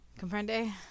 Comprende